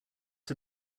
are